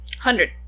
Hundred